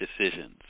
decisions